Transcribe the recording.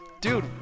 Dude